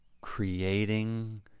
creating